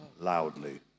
loudly